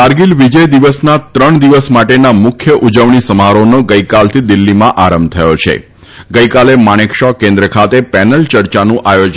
કારગીલ વિજય દિવસના ત્રણ દિવસ માટેના મુખ્ય ઉજવણી સમારોહનો ગઇકાલથી દિલ્હીમાં આરંભ થયો છેગઇકાલે માણેક શો કેન્દ્ર ખાતે પેનલ ચર્ચાનું આયોજ